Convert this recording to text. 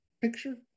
picture